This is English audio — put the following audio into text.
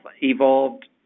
evolved